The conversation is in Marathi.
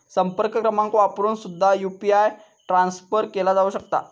संपर्क क्रमांक वापरून सुद्धा यू.पी.आय ट्रान्सफर केला जाऊ शकता